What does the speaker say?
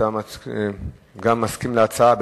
גם הוא מסכים להצעה.